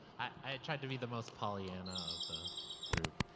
i, i try to be the most pollyanna of the group.